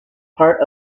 part